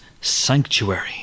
Sanctuary